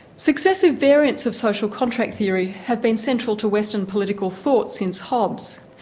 successive variants of social contract theory have been central to western political thought since hobbes.